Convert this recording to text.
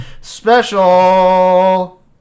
special